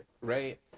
right